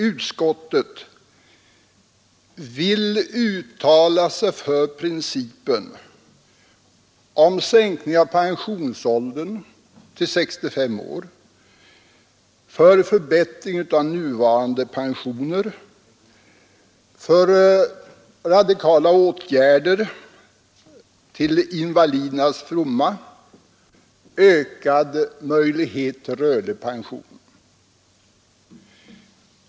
Utskottet vill uttala sig för principen om sänkning av pensionsåldern till 65 år, för förbättring av nuvarande pensioner, för radikala åtgärder till invalidernas fromma och för ökade möjligheter till rörlig pension.